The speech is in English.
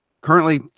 currently